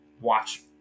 watch